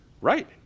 Right